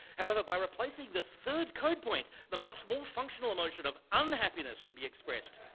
however, by replacing the third code point the much more functional emotion of unhappiness could be expressed.